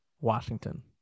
Washington